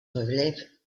relève